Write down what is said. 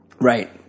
Right